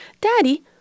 Daddy